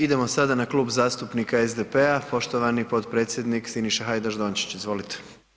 Idemo sada na Klub zastupnika SDP-a poštovani potpredsjednik Siniša Hajdaš Dončić, izvolite.